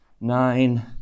nine